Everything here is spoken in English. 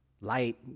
Light